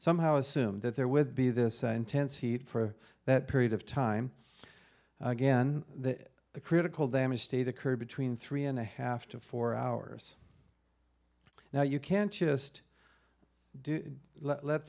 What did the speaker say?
somehow assumed that there would be this intense heat for that period of time again the critical damage state occurred between three and a half to four hours now you can't just let